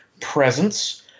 presence